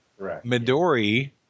Midori